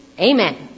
amen